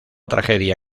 tragedia